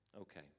Okay